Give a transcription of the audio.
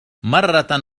مرة